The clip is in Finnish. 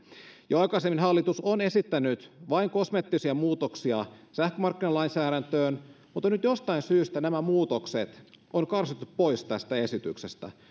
jo aikaisemmin hallitus on esittänyt vain kosmeettisia muutoksia sähkömarkkinalainsäädäntöön mutta nyt jostain syystä nämä muutokset on karsittu pois tästä esityksestä